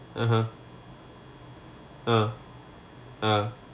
(uh huh) uh uh